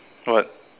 what